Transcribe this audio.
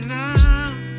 love